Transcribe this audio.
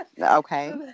Okay